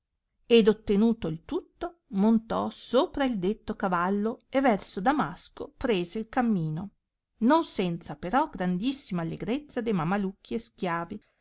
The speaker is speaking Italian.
ed ottenuto il tutto montò sopra il detto cavallo e verso damasco prese il cammino non senza però grandissima allegrezza de mamalucchi e schiavi